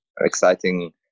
exciting